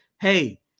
hey